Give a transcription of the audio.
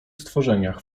stworzeniach